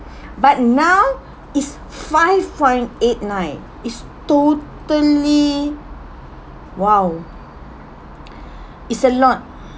but now it's five point eight nine it's totally !wow! it's a lot